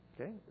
Okay